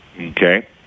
okay